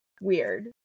Weird